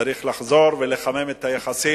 צריך לחזור ולחמם את היחסים